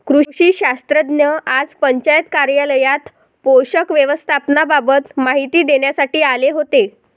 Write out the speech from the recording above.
कृषी शास्त्रज्ञ आज पंचायत कार्यालयात पोषक व्यवस्थापनाबाबत माहिती देण्यासाठी आले होते